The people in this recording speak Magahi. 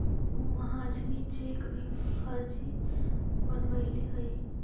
उ महाजनी चेक भी फर्जी बनवैले हइ